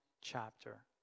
chapter